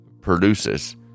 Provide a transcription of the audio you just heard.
produces